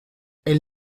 elle